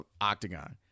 Octagon